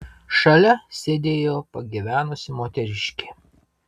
šalia sėdėjo pagyvenusi moteriškė